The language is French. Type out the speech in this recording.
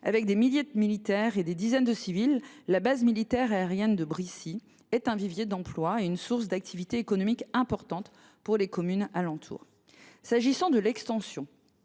des milliers de militaires et des dizaines de civils, la base militaire aérienne de Bricy constitue un vivier d’emploi et une source d’activité économique importante pour les communes alentour. J’en viens à l’extension